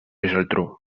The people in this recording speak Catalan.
geltrú